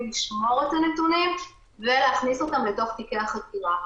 לשמור את הנתונים ולהכניס אותם לתוך תיקי החקירה.